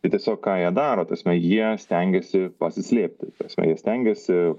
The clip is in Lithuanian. tai tiesiog ką jie daro ta prasme jie stengiasi pasislėpti ta prasme jie stengiasi